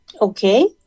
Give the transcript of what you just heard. Okay